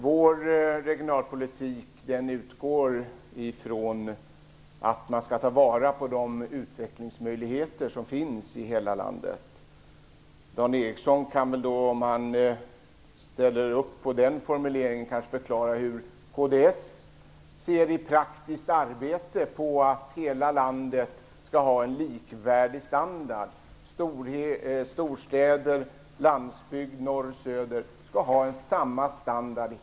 Vår regionalpolitik utgår ifrån att man skall ta vara på de utvecklingsmöjligheter som finns i hela landet. Dan Ericsson kan, om han ställer upp på den formuleringen, kanske förklara hur kds i praktiskt arbete ser på att hela landet skall ha en likvärdig standard. Storstäder, landsbygd, norr och söder skall ha samma standard.